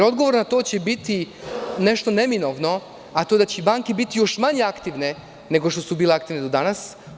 Odgovor na to će biti nešto neminovno, a to je da će banke biti još manje aktivne nego što su bile aktivne do danas.